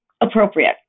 appropriate